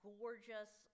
gorgeous